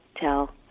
tell